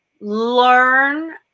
learn